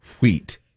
Wheat